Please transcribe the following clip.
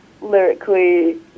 lyrically